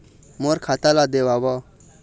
मोर खाता ला देवाव?